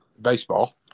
baseball